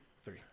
three